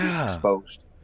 exposed